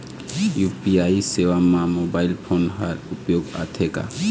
UPI सेवा म mobile phone हर उपयोग आथे का?